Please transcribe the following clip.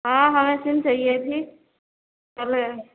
ہاں ہمیں سم چاہیے تھی پہلے